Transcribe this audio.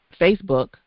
Facebook